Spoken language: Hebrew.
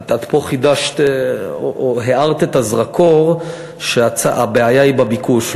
את פה חידשת או הארת את הזרקור שהבעיה היא בביקוש,